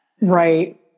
Right